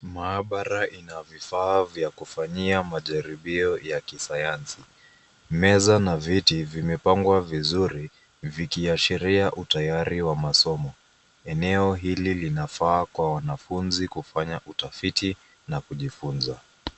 Maabara ina vifaa vya kufanyia majaribio ya kisayansi. Meza na viti vimepangwa vizuri vikiashiria utayari wa masomo. Eneo hili linafaa kwa wanafunzi kufanyia utafiti na kujifunza.